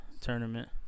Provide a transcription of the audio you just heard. tournament